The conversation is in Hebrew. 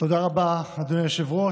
תודה רבה, אדוני היושב-ראש.